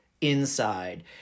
inside